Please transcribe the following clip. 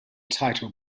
title